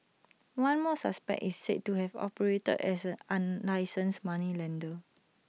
one more suspect is said to have operated as an unlicensed moneylender